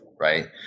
Right